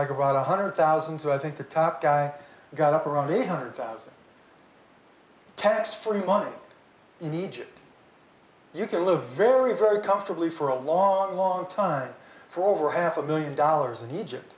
like about one hundred thousand so i think the top guy got up around eight hundred thousand tax free money in egypt you can live very very comfortably for a long long time for over half a billion dollars in egypt